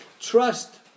trust